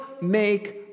make